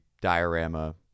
diorama